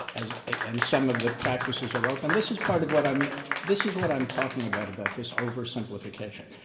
as, and and some of the practices are open, this is part of what i mean this is what i'm talking about about this oversimplification.